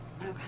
Okay